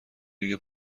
دیگه